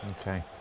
okay